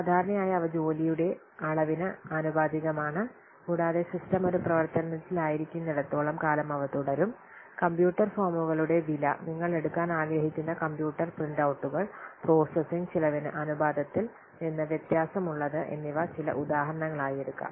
സാധാരണയായി അവ ജോലിയുടെ അളവിന് ആനുപാതികമാണ് കൂടാതെ സിസ്റ്റം ഒരു പ്രവർത്തനത്തിലായിരിക്കുന്നിടത്തോളം കാലം അവ തുടരും കമ്പ്യൂട്ടർ ഫോമുകളുടെ വില നിങ്ങൾ എടുക്കാൻ ആഗ്രഹിക്കുന്ന കമ്പ്യൂട്ടർ പ്രിന്റഔട്ടുകൾ പ്രോസസ്സിംഗ് ചിലവിനു അനുപാതത്തിൽ നിന്ന് വ്യത്യാസം ഉള്ളത് എന്നിവ ചില ഉദാഹരണങ്ങൾ ആയി എടുക്കാം